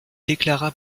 déclara